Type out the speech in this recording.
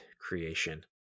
creation